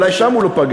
אולי שם הוא לא פגע,